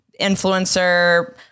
influencer